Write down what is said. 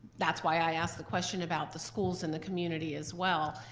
that's why i ask the question about the schools and the community as well.